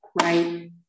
right